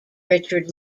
richard